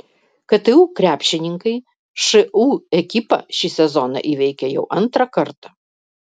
ktu krepšininkai šu ekipą šį sezoną įveikė jau antrą kartą